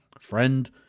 friend